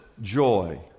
joy